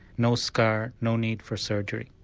no scar, no need for surgery.